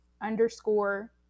underscore